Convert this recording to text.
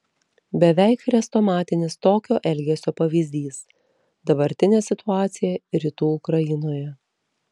beveik chrestomatinis tokio elgesio pavyzdys dabartinė situacija rytų ukrainoje